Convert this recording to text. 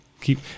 keep